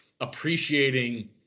appreciating